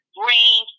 bring